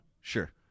Sure